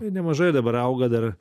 ir nemažai dabar auga dar